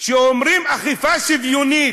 כשאומרים "אכיפה שוויונית",